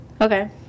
okay